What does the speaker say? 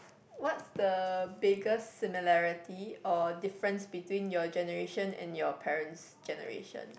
what's the biggest similarity or difference between your generation and your parent's generation